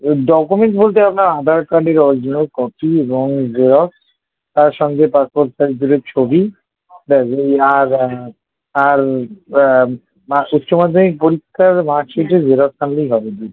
ও documents বলতে আপনার আধার কার্ডের অরজিনাল কপি এবং জেরক্স তার সঙ্গে পাসপোর্ট সাইজ দুটো ছবি ব্যাস এই আর আর মা উচ্চমাধ্যমিক পরীক্ষার মার্কশিটের জেরক্স আনলেই হবে